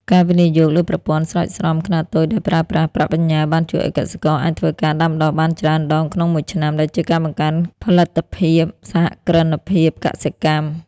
ការវិនិយោគលើប្រព័ន្ធស្រោចស្រពខ្នាតតូចដែលប្រើប្រាស់ប្រាក់បញ្ញើ បានជួយឱ្យកសិករអាចធ្វើការដាំដុះបានច្រើនដងក្នុងមួយឆ្នាំ ដែលជាការបង្កើនផលិតភាពសហគ្រិនភាពកសិកម្ម។